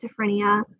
schizophrenia